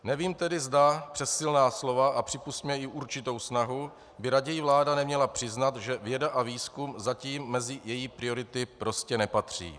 Nevím tedy, zda přes silná slova, a připusťme, i určitou snahu, by raději vláda neměla přiznat, že věda a výzkum zatím mezi její priority prostě nepatří.